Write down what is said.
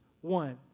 One